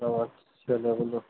আমার ছেলেগুলো